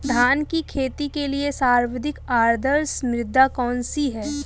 धान की खेती के लिए सर्वाधिक आदर्श मृदा कौन सी है?